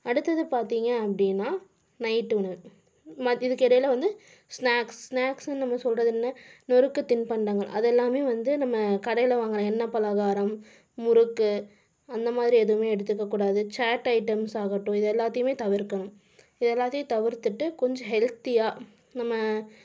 அடுத்தது பார்த்தீங்க அப்படீன்னா நைட்டு உணவு இதுக்கு இடையில வந்து ஸ்னாக்ஸ் ஸ்னாக்ஸுன்னு நம்ம சொல்கிறது என்ன நொறுக்கு தின்பண்டங்கள் அதெல்லாம் வந்து நம்ம கடையில் வாங்குகிற எண்ணெய் பலகாரம் முறுக்கு அந்தமாதிரி எதுவும் எடுத்துக்க கூடாது சேட் ஐட்டம்ஸ் ஆகட்டும் இது எல்லாத்தையும் தவிர்க்கணும் இது எல்லாத்தையும் தவிர்த்துட்டு கொஞ்சம் ஹெல்த்தியாக நம்ம